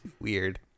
weird